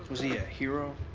was he a hero?